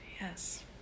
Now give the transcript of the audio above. Yes